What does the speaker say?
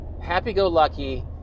happy-go-lucky